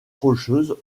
rocheuse